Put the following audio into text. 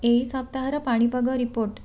ଏହି ସପ୍ତାହର ପାଣିପାଗ ରିପୋର୍ଟ